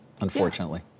unfortunately